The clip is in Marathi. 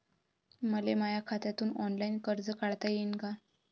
मले माया खात्यातून ऑनलाईन कर्ज काढता येईन का?